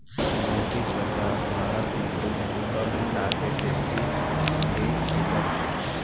मोदी सरकार भारत मे कुल कर हटा के जी.एस.टी ले अइलन